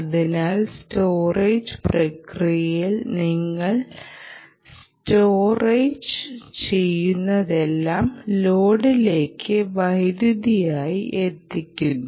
അതിനാൽ സ്റ്റോറേജ് പ്രക്രിയയിൽ നിങ്ങൾ സ്റ്റോർ ചെയ്യുന്നതെല്ലാം ലോഡിലേക്ക് വൈദ്യുതിയായി എത്തിക്കുന്നു